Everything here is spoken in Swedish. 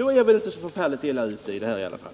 Jag är väl inte så förfärligt illa ute i alla fall.